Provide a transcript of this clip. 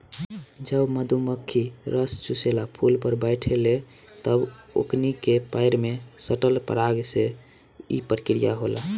जब मधुमखी रस चुसेला फुल पर बैठे ले तब ओकनी के पैर में सटल पराग से ई प्रक्रिया होला